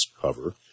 cover